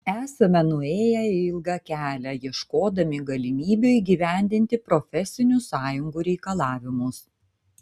esame nuėję ilgą kelią ieškodami galimybių įgyvendinti profesinių sąjungų reikalavimus